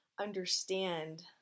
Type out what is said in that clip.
understand